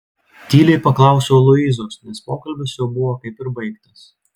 tyliai paklausiau luizos nes pokalbis jau buvo kaip ir baigtas